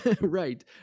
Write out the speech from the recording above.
right